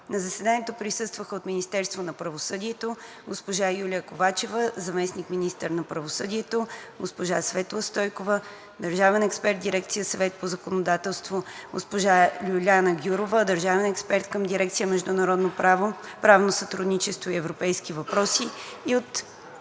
На заседанието присъстваха: от Министерството на правосъдието госпожа Юлия Ковачева – заместник-министър на правосъдието, госпожа Светла Стойкова – държавен експерт в дирекция „Съвет по законодателство“, госпожа Лиляна Гюрова – държавен експерт към дирекция „Международно правно сътрудничество и европейски въпроси“; от